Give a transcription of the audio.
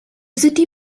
city